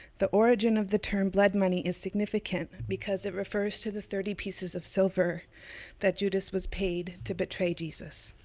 the origin of the term blood money is significant, because it refers to the thirty pieces of silver that judas was paid to betray jesus.